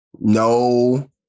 no